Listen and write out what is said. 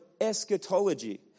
eschatology